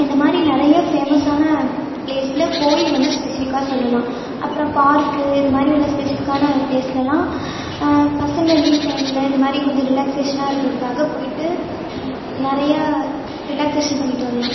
இந்த மாதிரி நிறையா ஃபேமஸான பிளேஸ்ல கோயில் வந்து ஸ்பெசிஃபிக்காக சொல்லலாம் அப்புறம் பார்க் இது மாதிரி உள்ள ஸ்பெசிஃபிக்கான பிளேஸ்லலாம் பசங்கள் லீவு டைம்ல இது மாதிரி கொஞ்சம் ரிலாக்சேஷனாக இருக்கிறதுக்காக போய்ட்டு நிறையா ரிலாக்சேஷன் பண்ணிட்டு வரலாம்